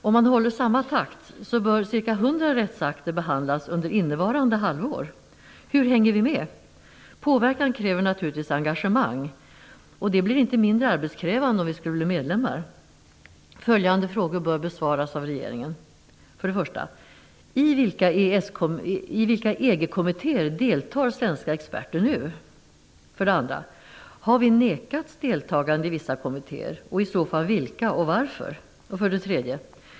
Om man håller samma takt bör ca 100 rättsakter behandlas under innevarande halvår. Hur hänger vi med? Påverkan kräver naturligtvis engagemang. Det blir inte mindre arbetskrävande om vi skulle bli medlemmar. Följande frågor bör besvaras av regeringen: 1. I vilka EG-kommittéer deltar svenska experter nu? 2. Har vi nekats deltagande i vissa kommittéer? I så fall i vilka och varför? 3.